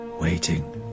waiting